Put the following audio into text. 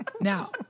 Now